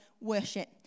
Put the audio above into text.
worship